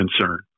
concern